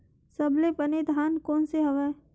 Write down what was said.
सबले बने धान कोन से हवय?